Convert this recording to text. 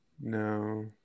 No